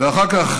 ואחר כך